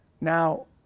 Now